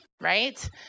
Right